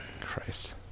Christ